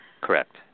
Correct